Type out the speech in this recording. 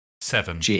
Seven